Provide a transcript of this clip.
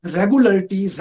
regularity